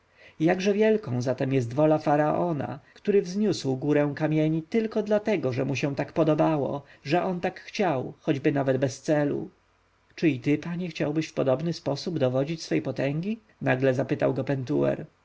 jakże wielką zatem jest wola faraona który wzniósł górę kamieni tylko dlatego że mu się tak podobało że on tak chciał choćby nawet bez celu czy i ty panie chciałbyś w podobny sposób dowodzić swojej potęgi nagle zapytał go pentuer